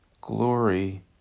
glory